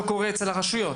מה שלא קורה אצל הרשויות.